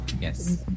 yes